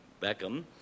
Beckham